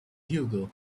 hugo